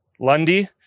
Lundy